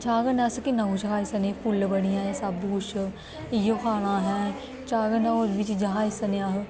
चाह् कन्नै अस किन्ना कुछ खाई सकने फुल्लबड़ियां एह् सब्भ कुछ इ'यो खाना असें चाह् कन्नै होर बी चीजां खाई सकने अस